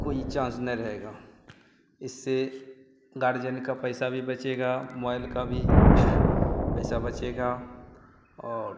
कोई चांस नहीं रहेगा इससे गार्जन का पैसा भी बचेगा मोबाइल का भी पैसा बचेगा और